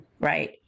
right